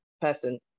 person